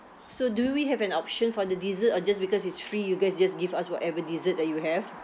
so do we have an option for the dessert or just because it's free you guys just give us whatever dessert that you have